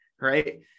right